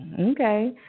okay